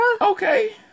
Okay